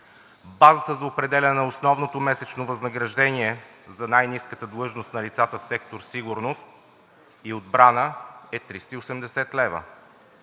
базата за определяне на основното месечно възнаграждение за най-ниската длъжност на лицата в сектор „Сигурност и отбрана“ е 380 лв.;